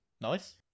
Nice